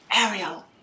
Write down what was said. Ariel